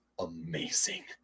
amazing